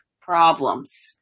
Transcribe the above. problems